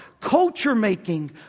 culture-making